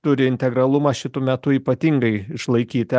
turi integralumą šitu metu ypatingai išlaikyti